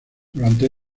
durante